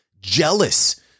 jealous